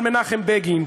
על מנחם בגין,